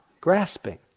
grasping